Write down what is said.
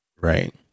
Right